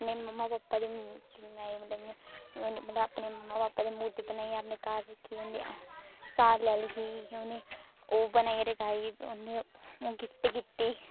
अपने मम्मा पापा दी मूर्ती बनाई इ'यां मतलब अपने मम्मा पापा दी इ'यां घार रक्खी दी होंदी सालगिरा ही ओह् बनाई रखाई उ'नें ई ओह् गिफ्ट कीती